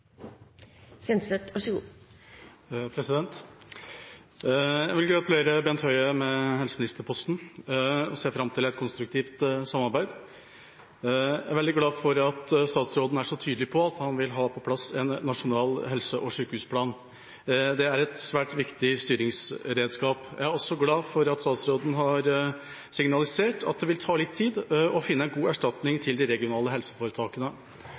statsråden er så tydelig på at han vil ha på plass en nasjonal helse- og sykehusplan. Det er et svært viktig styringsredskap. Jeg er også glad for at statsråden har signalisert at det vil ta litt tid å finne en god erstatning for de regionale helseforetakene.